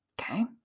okay